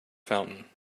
fountain